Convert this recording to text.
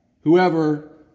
Whoever